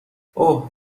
اوه